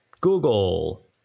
Google